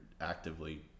actively